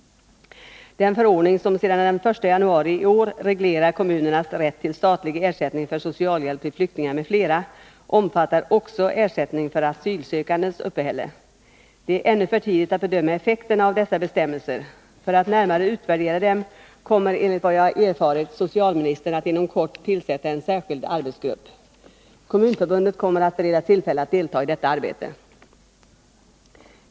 Den förordning som sedan den 1 januari i år reglerar kommunernas rätt till statlig ersättning för socialhjälp till flyktingar m.fl. omfattar också ersättning för asylsökandes uppehälle. Det är ännu för tidigt att bedöma effekten av dessa bestämmelser. För att närmare utvärdera dem kommer, enligt vad jag har erfarit, socialministern att inom kort tillsätta en särskild arbetsgrupp. Kommunförbundet kommer att beredas tillfälle att delta i detta arbete.